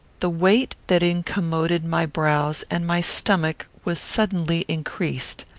the weight that incommoded my brows and my stomach was suddenly increased.